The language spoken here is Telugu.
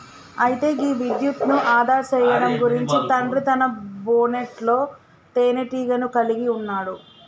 అయితే గీ విద్యుత్ను ఆదా సేయడం గురించి తండ్రి తన బోనెట్లో తీనేటీగను కలిగి ఉన్నాడు